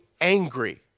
angry